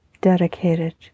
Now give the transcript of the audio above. dedicated